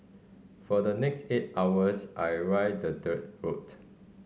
for the next eight hours I ride the dirt road